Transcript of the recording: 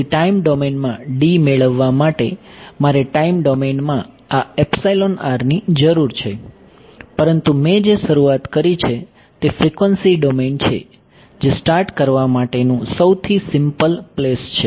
તેથી ટાઇમ ડોમેનમાં મેળવવા માટે મારે ટાઇમ ડોમેનમાં આ ની જરૂર છે પરંતુ મેં જે શરૂઆત કરી છે તે ફ્રીક્વન્સી ડોમેન છે જે સ્ટાર્ટ કરવા માટેનું સૌથી સિમ્પલ પ્લેસ છે